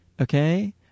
okay